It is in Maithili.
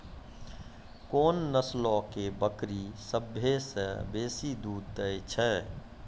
कोन नस्लो के बकरी सभ्भे से बेसी दूध दै छै?